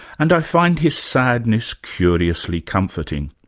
and i find his sadness curiously comforting.